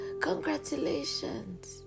congratulations